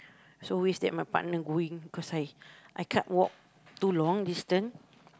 so I always take my partner going cause I I can't walk too long distance